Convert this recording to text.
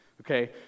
Okay